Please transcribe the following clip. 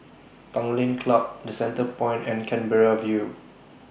Tanglin Club The Centrepoint and Canberra View